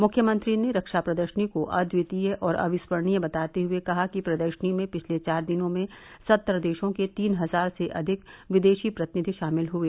मुख्यमंत्री ने रक्षा प्रदर्शनी को अद्वितीय और अविस्मरणीय बताते हुए कहा कि प्रदर्शनी में पिछले चार दिनों में सत्तर देशों के तीन हजार से अधिक विदेशी प्रतिनिधि शामिल हुए